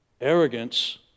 Arrogance